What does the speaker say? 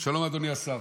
שלום אדוני השר.